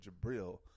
Jabril